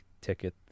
ticket